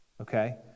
okay